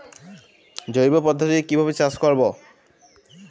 জৈব পদ্ধতিতে কিভাবে চাষ করব?